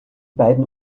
beiden